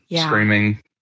screaming